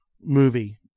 movie